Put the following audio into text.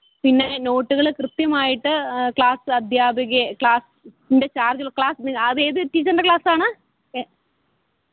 പിന്നെ നോട്ട്കൾ കൃത്യമായിട്ട് ക്ലാസദ്ധ്യാപികയെ ക്ലാസ്സിൻ്റെ ചാർജുള്ള ക്ലാസ് അതേത് ടീച്ചർൻ്റെ ക്ലാസ്സാണ് എ